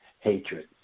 hatred